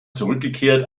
zurückgekehrt